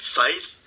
faith